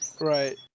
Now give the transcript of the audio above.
Right